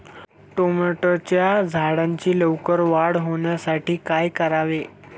टोमॅटोच्या झाडांची लवकर वाढ होण्यासाठी काय करावे?